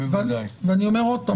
אני אומר שוב,